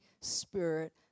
Spirit